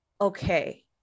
okay